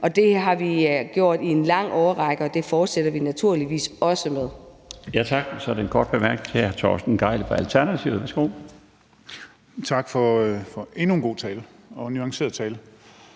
det har vi været i en lang årrække, og det fortsætter vi naturligvis med